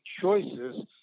choices